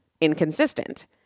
inconsistent